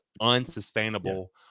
unsustainable